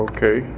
Okay